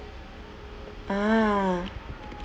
ah